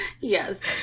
yes